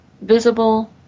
visible